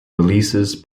releases